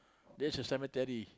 that's the cemetery